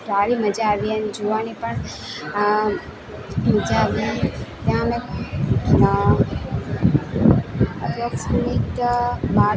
સારી મજા આવી એન્ડ જોવાની પણ મજા આવી ત્યાં અમે એપ્રોક્સીમેટ બારથી